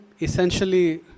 essentially